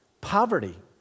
Poverty